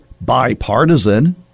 bipartisan